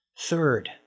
Third